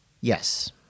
yes